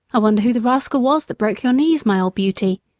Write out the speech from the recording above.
i wonder who the rascal was that broke your knees, my old beauty!